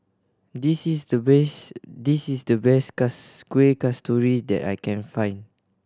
this is the best this is the best Kuih Kasturi that I can find